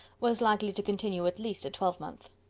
was likely to continue at least a twelvemonth.